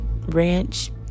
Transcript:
ranch